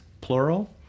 plural